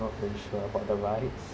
not very sure about the rides